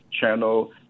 channel